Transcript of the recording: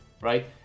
right